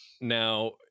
now